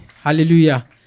Hallelujah